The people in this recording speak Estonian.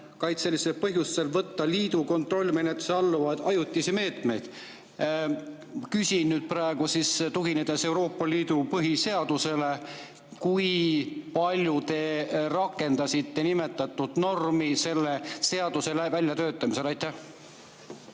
keskkonnakaitselistel põhjustel võtta liidu kontrollimenetlusele alluvaid ajutisi meetmeid. Küsin praegu, tuginedes Euroopa Liidu põhiseadusele: kui palju te rakendasite nimetatud normi selle seaduse väljatöötamisel? Punkt